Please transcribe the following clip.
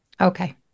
okay